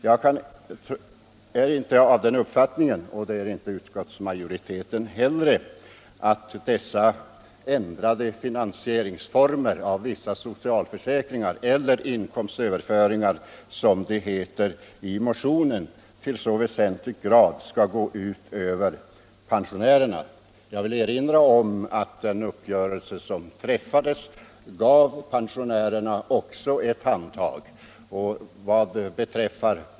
Jag är inte av den uppfattningen, och det är inte utskottsmajoriteten heller, att dessa ändrade finansieringsformer för vissa socialförsäkringar eller inkomstöverföringar, som det heter i motionen, till så väsentlig grad skall gå ut över pensionärerna. Jag vill erinra om att den uppgörelse som träffats gav pensionärerna också ett handtag.